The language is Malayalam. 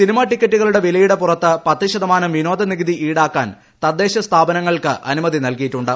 സിനിമ ടിക്കറ്റുകളുടെ വിലയുടെ പുറത്ത് പത്ത് ശതമാനം വിനോദ നികുതി ഇൌടാക്കാൻ തദ്ദേശ സ്ഥാപനങ്ങൾക്ക് അനുമതി നൽകിയിട്ടുണ്ട്